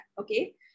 okay